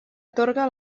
atorga